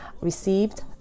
received